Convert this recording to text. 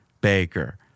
Baker